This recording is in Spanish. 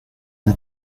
una